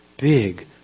big